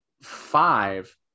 five